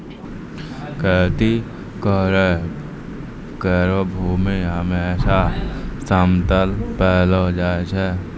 खेती करै केरो भूमि हमेसा समतल पैलो जाय छै